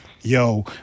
yo